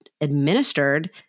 administered